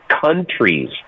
countries